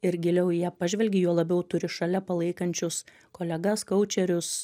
ir giliau į ją pažvelgi juo labiau turi šalia palaikančius kolegas koučerius